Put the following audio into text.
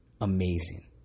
Amazing